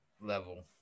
level